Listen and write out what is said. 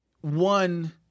one